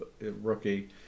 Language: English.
rookie